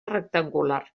rectangular